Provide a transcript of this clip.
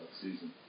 season